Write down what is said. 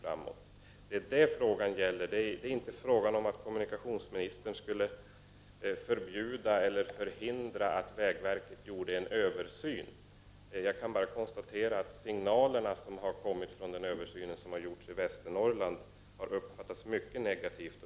Det är detta som frågan gäller. Det är inte fråga om att kommunikationsministern skulle förbjuda eller förhindra att vägverket gör en översyn. Jag kan bara konstatera att signalerna som har kommit i samband med den översyn som har gjorts i Västernorrland har uppfattats mycket negativt.